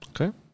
Okay